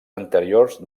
anteriors